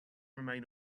remain